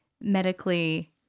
medically